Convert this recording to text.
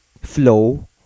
flow